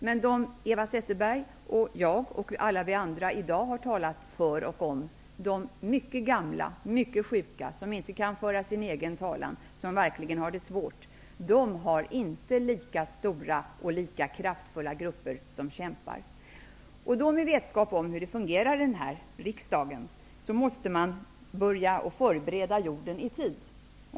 Men dem som Eva Zetterberg och jag och alla andra här i dag har talat för är de mycket gamla, mycket sjuka, som inte kan föra sin egen talan och som verkligen har det svårt. De har inte lika stora och kraftfulla grupper som kämpar för dem. Med vetskap om hur det fungerar i riksdagen måste man förbereda jorden i tid.